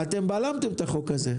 אתם בלמתם את החוק הזה.